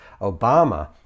Obama